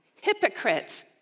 Hypocrite